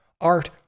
art